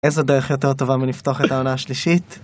איזה דרך יותר טובה מלפתוח את העונה השלישית